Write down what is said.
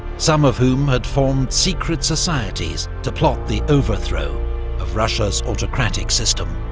some of whom had formed secret societies, to plot the overthrow of russia's autocratic system.